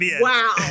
Wow